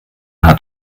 hat